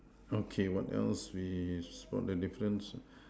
okay what else we spot the difference